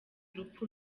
urupfu